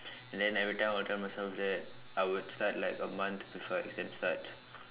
and then everytime I will tell myself that I would start like a month before exam start